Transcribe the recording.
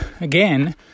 again